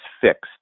fixed